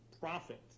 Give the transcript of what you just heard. profit